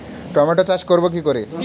Tomato চাষ করব কি করে?